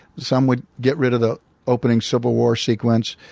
some would get rid of the opening civil war sequence.